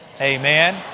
Amen